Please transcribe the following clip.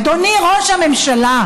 אדוני ראש הממשלה,